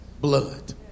blood